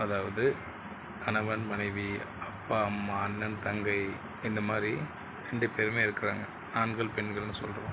அதாவது கணவன் மனைவி அப்பா அம்மா அண்ணன் தங்கை இந்த மாதிரி ரெண்டு பேருமே இருக்கிறாங்க ஆண்கள் பெண்கள்னு சொல்கிறோம்